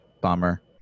bummer